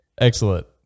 excellent